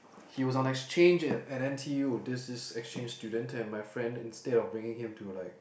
he was on exchange it at N_T_U this is exchange student and my friend instead of bringing him to like